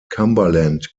cumberland